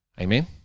Amen